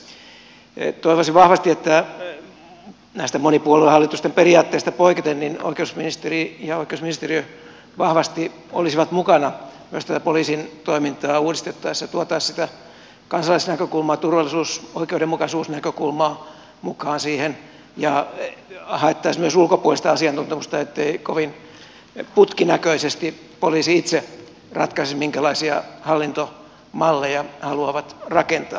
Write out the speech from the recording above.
toivoisin vahvasti että näistä monipuoluehallitusten periaatteista poiketen oikeusministeri ja oikeusministeriö vahvasti olisivat mukana myös tätä poliisin toimintaa uudistettaessa tuotaisiin sitä kansalaisnäkökulmaa ja turvallisuus oikeudenmukaisuusnäkökulmaa mukaan siihen ja haettaisiin myös ulkopuolista asiantuntemusta ettei kovin putkinäköisesti poliisi itse ratkaisisi minkälaisia hallintomalleja haluaa rakentaa